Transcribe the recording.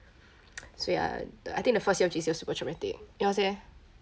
so ya I think the first year of J_C was super traumatic yours eh